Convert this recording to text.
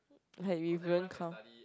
like we wouldn't come